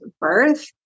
birth